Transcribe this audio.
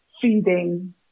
feeding